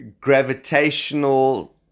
gravitational